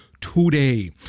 today